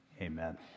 Amen